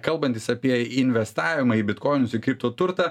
kalbantis apie investavimą į bitkoinus į kriptoturtą